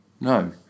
No